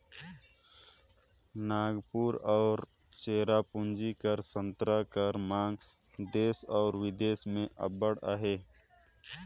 नांगपुर अउ चेरापूंजी कर संतरा कर मांग देस अउ बिदेस में अब्बड़ अहे